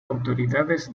autoridades